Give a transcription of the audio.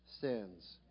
sins